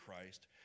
Christ